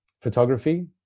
photography